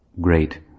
great